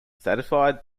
satisfied